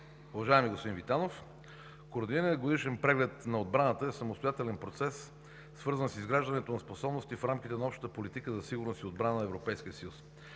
Уважаеми господин Витанов, координираният годишен преглед на отбраната е самостоятелен процес, свързан с изграждането на способности в рамките на Общата политика за сигурност и отбрана на Европейския съюз.